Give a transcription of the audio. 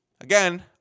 Again